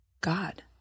God